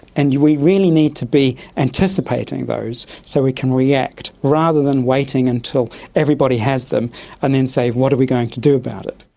and we really need to be anticipating those so we can react, rather than waiting until everybody has them and then say, what are we going to do about it?